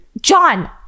john